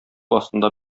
астында